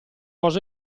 cosa